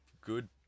good